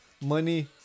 money